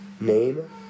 Name